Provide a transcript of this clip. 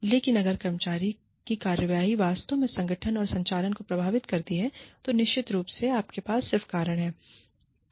लेकिन अगर कर्मचारी की कार्रवाई वास्तव में संगठन के संचालन को प्रभावित करती है तो निश्चित रूप से आपके पास सिर्फ कारण है